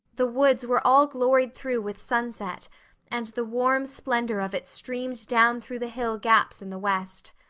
the woods were all gloried through with sunset and the warm splendor of it streamed down through the hill gaps in the west.